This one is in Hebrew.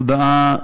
הודעה